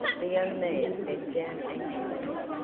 the young man bent down anxiously.